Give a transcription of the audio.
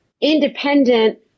independent